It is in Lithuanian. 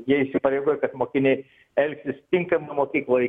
jie įsipareigoja kad mokiniai elgsis tinkamai mokykloj